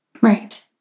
Right